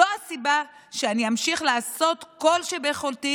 וזאת הסיבה שאני אמשיך לעשות כל שביכולתי